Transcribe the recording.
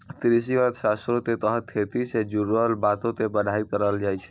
कृषि अर्थशास्त्रो के तहत खेती से जुड़लो बातो के पढ़ाई करलो जाय छै